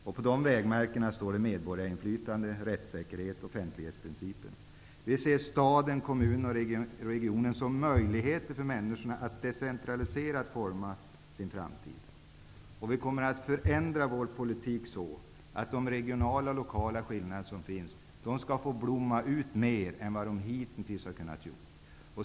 På den vägens vägmärken står medborgarinflytande, rättssäkerhet och offentlighetsprincipen. Vi ser staden, kommunen och regionen som möjligheter för människorna att decentralisera och forma sin framtid. Vi kommer att förändra vår politik så, att de regionala och lokala skillnader som finns skall få blomma ut mer än de hittills har kunnat göra.